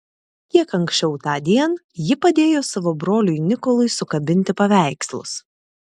kiek anksčiau tądien ji padėjo savo broliui nikolui sukabinti paveikslus